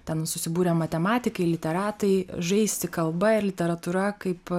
ten susibūrė matematikai literatai žaisti kalba ir literatūra kaip